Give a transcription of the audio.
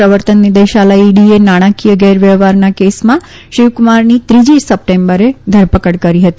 પ્રવર્તન નિદેશાલય E D એ નાણાકીય વ્યવહારની કેસમાં શિવકુમારની ત્રીજી સપ્ટેમ્બરે ધરપકડ કરી હતી